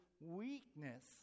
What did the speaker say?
weakness